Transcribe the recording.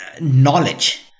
knowledge